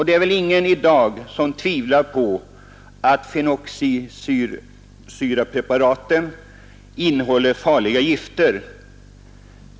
Det är väl ingen som i dag tvivlar på att fenoxisyrepreparaten innehåller farliga gifter.